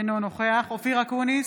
אינו נוכח אופיר אקוניס,